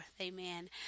Amen